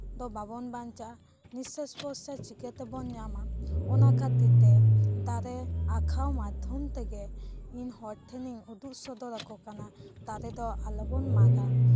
ᱟᱵᱚ ᱫᱚ ᱵᱟᱵᱚᱱ ᱵᱟᱧᱪᱟᱜᱼᱟ ᱱᱤᱜᱥᱟᱥᱼᱯᱨᱚᱥᱟᱥ ᱪᱤᱠᱟᱹ ᱛᱮᱵᱚᱱ ᱧᱟᱢᱟ ᱚᱱᱟ ᱠᱷᱟᱹᱛᱤᱨ ᱛᱮ ᱫᱟᱨᱮ ᱟᱸᱠᱟᱣ ᱢᱟᱫᱽᱫᱷᱚᱢ ᱛᱮᱜᱮ ᱤᱧ ᱦᱚᱲ ᱴᱷᱮᱱᱤᱧ ᱩᱫᱩᱜ ᱥᱚᱫᱚᱨ ᱟᱠᱚ ᱠᱟᱱᱟ ᱫᱟᱨᱮ ᱫᱚ ᱟᱞᱚ ᱵᱚᱱ ᱢᱟᱜᱼᱟ